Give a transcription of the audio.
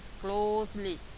closely